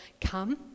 come